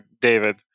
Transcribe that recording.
david